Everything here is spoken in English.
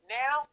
now